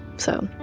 so,